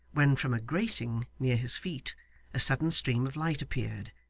when from a grating near his feet a sudden stream of light appeared,